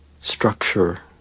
structure